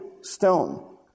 stone